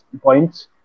points